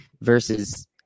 versus